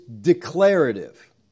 declarative